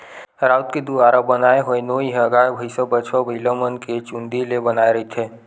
राउत के दुवारा बनाय होए नोई ह गाय, भइसा, बछवा, बइलामन के चूंदी ले बनाए रहिथे